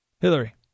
Hillary